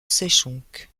sheshonq